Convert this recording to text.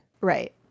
Right